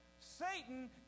Satan